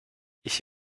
ich